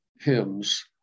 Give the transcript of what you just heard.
hymns